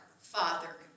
father